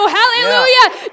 hallelujah